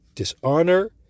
dishonor